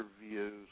interviews